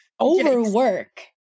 overwork